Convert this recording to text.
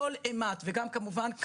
וכמובן,